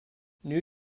new